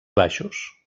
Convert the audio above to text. baixos